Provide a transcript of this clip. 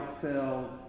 fell